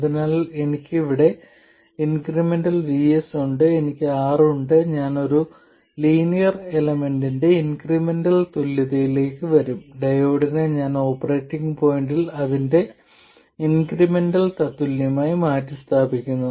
അതിനാൽ എനിക്ക് ഇവിടെ ഇൻക്രിമെന്റൽ VS ഉണ്ട് എനിക്ക് R ഉണ്ട് ഞാൻ ഒരു ലീനിയർ എലമെന്റിന്റെ ഇൻക്രിമെന്റൽ തുല്യതയിലേക്ക് വരും ഡയോഡിനെ ഞാൻ ഓപ്പറേറ്റിംഗ് പോയിന്റിൽ അതിന്റെ ഇൻക്രിമെന്റൽ തത്തുല്യമായി മാറ്റിസ്ഥാപിക്കുന്നു